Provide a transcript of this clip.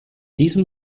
diesem